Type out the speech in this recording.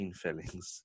fillings